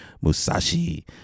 musashi